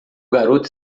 garoto